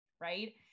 right